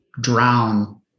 drown